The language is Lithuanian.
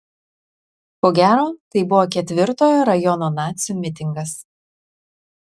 ko gero tai buvo ketvirtojo rajono nacių mitingas